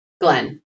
Glenn